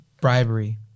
bribery